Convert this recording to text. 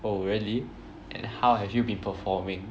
oh really and how have you been performing